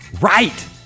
Right